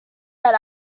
that